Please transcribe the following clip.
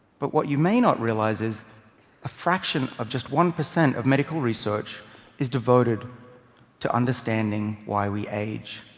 but what you may not realize is a fraction of just one percent of medical research is devoted to understanding why we age,